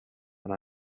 and